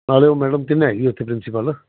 ਨਾਲੇ ਉਹ ਮੈਡਮ ਤਿੰਨ ਹੈਗੀ ਉੱਥੇ ਪ੍ਰਿੰਸੀਪਲ